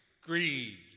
Greed